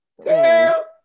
Girl